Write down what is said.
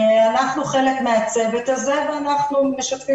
אנחנו חלק מהצוות הזה ואנחנו משתפים